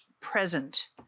present